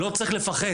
לא צריך לפחד.